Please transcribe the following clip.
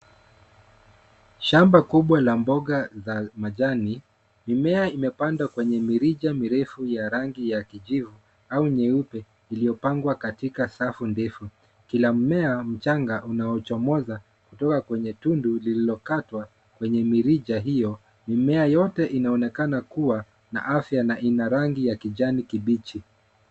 Shamba kubwa la mboga za majani. Mimea imepandwa kwenye mirija mirefu ya rangi ya kijivu au nyeupe iliyopangwa katika safu ndefu. Kila mmea mchanga unaochomoza kutoka kwenye tundu lililokatwa kwenye mirija hiyo. Mimea yote inaonekana kuwa na afya na ina rangi ya kijani kibichi.